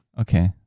Okay